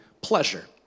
pleasure